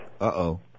Uh-oh